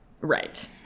Right